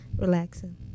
relaxing